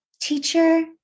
Teacher